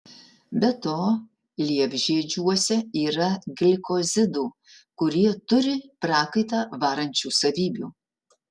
be to liepžiedžiuose yra glikozidų kurie turi prakaitą varančių savybių